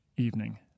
Evening